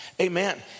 Amen